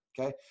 Okay